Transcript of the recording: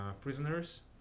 prisoners